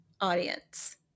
audience